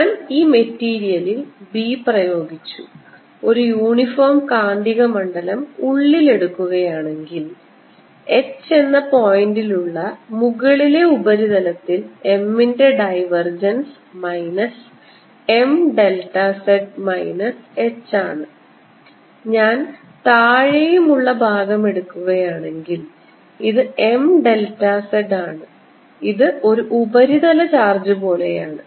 ഞാൻ ഈ മെറ്റീരിയലിൽ B പ്രയോഗിച്ചു ഒരു യൂണിഫോം കാന്തികമണ്ഡലം ഉള്ളിൽ എടുക്കുകയാണെങ്കിൽ h എന്ന പോയിൻറിലുള്ള മുകളിലെ ഉപരിതലത്തിൽ m ന്റെ divergence minus m delta z minus h ആണ് ഞാൻ താഴെയുമുള്ള ഭാഗം എടുക്കുകയാണെങ്കിൽ ഇത് m ഡെൽറ്റ z ആണ് ഇത് ഒരു ഉപരിതല ചാർജ് പോലെയാണ്